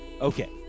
Okay